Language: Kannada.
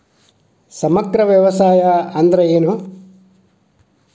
ಸಮಗ್ರ ವ್ಯವಸಾಯ ಅಂದ್ರ ಏನು?